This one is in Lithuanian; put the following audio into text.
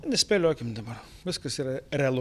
nespėliokim dabar viskas yra realu